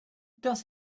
does